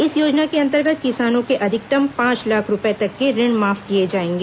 इस योजना के अंतर्गत किसानों के अधिकतम पांच लाख रूपये तक के ऋण माफ किए जाएंगे